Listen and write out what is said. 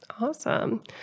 Awesome